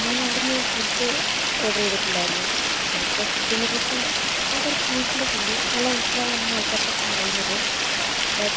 ഞാൻ അവിടെനിന്ന് food order ചെയ്തിട്ടുണ്ടായിരുന്നു അവിടുത്തെ ഫുഡിനെക്കുറിച്ച് ഞാൻ കുറേ കേട്ടിട്ടൊക്കെയുണ്ട് നല്ല അഭിപ്രായമാണ് ആൾക്കാരൊക്കെ പറയുന്നത് ബട്ട്